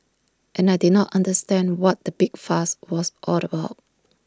and I did not understand what the big fuss was all about